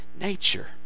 nature